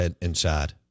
inside